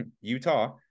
Utah